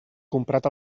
comprat